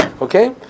Okay